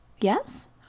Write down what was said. Yes